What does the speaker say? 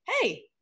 Hey